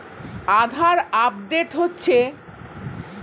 আধার update হচ্ছে?